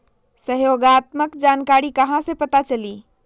सहयोगात्मक जानकारी कहा से पता चली?